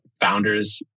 founders